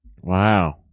Wow